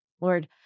Lord